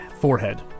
forehead